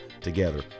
together